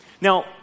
Now